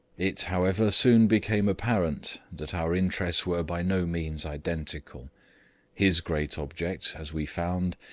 it, however, soon became apparent that our interests were by no means identical his great object, as we found,